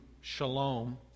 shalom